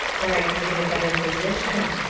or i can get a better position.